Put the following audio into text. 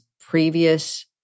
previous